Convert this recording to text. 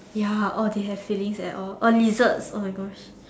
ya or they have feelings at all or lizards oh my gosh